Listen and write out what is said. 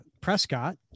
Prescott